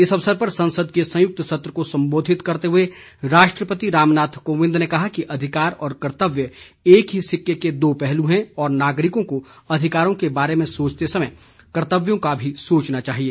इस अवसर पर संसद के संयुक्त सत्र को संबोधित करते हुए राष्ट्रपति रामनाथ कोविंद ने कहा कि अधिकार और कर्त्तव्य एक ही सिक्के के दो पहलू हैं और नागरिकों को अधिकारों के बारे में सोचते समय कर्तव्यों का भी सोचना चाहिए